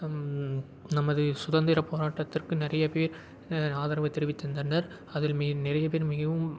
நமது சுதந்திரம் போராட்டத்திற்கு நிறைய பேர் ஆதரவு தெரிவித்திருந்தனர் அதில் மே நிறைய பேர் மிகவும்